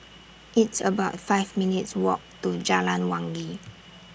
It's about five minutes' Walk to Jalan Wangi